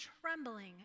trembling